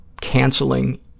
canceling